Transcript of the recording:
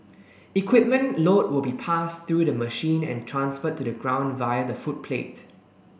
equipment load will be passed through the machine and transferred to the ground via the footplate